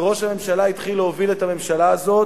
וראש הממשלה התחיל להוביל את הממשלה הזאת,